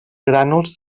grànuls